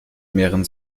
mehren